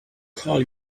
call